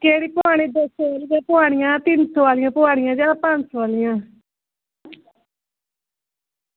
केह्ड़ी पोआनी दो सौ आह्लियां पोआनियां तिन सौ आह्लियां पोआनियां जां पंज सौ आह्लियां